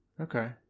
Okay